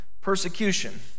Persecution